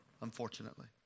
unfortunately